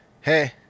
Hey